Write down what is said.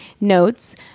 notes